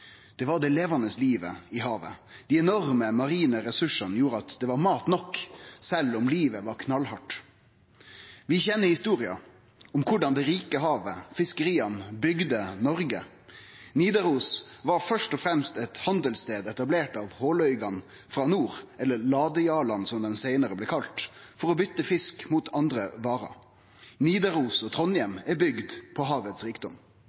levande livet i havet. Dei enorme marine ressursane gjorde at det var mat nok sjølv om livet var knallhardt. Vi kjenner historia om korleis det rike havet og fiskeria bygde Noreg. Nidaros var først og fremst ein handelsstad etablert av håløygane frå nord – eller ladejarlane, som dei seinare blei kalla – for å byte fisk mot andre varer. Nidaros og Trondheim er bygde på havet sin rikdom.